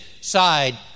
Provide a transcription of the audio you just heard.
side